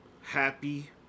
Happy